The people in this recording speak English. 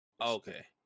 okay